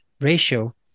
ratio